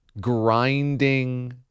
grinding